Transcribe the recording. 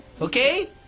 Okay